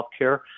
healthcare